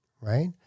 right